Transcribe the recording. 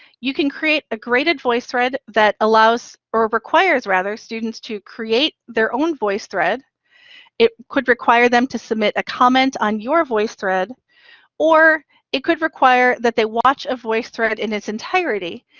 you can create a graded voicethread that allows, or requires rather, students to create their own voicethread. it could require them to submit a comment on your voicethread or it could require that they watch a voicethread in its entirety,